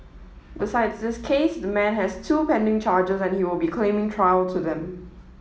besides this case the man has two pending charges and he will be claiming trial to them